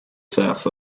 south